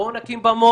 בואו נקים במות.